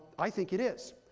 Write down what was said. i think it is.